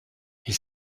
ils